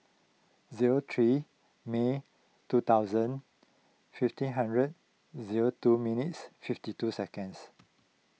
zero three May two thousand fifteen hundred zero two minutes fifty two seconds